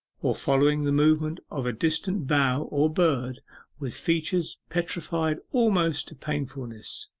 or following the movement of a distant bough or bird with features petrified almost to painfulness.